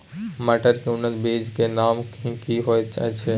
मटर के उन्नत बीज के नाम की होयत ऐछ?